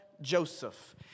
Joseph